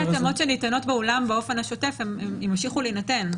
התאמות שניתנות באולם באופן שוטף ימשיכו להינתן.